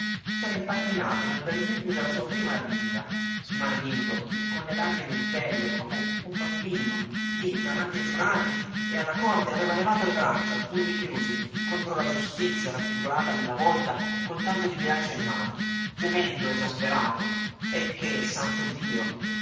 s'era impappinato nel bel meglio della sua prima arringa smarrito con le lagrime in pelle come un bambino lì davanti ai giurati e alla corte aveva levato le braccia a pugni chiusi contro la giustizia raffigurata nella volta con tanto di bilancia in mano gemendo esasperato eh che santo dio